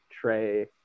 Trey